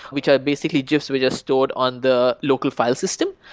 which are basically gifs we just stored on the local file system.